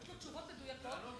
תענה לו תשובות מדויקות.